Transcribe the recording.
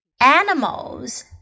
Animals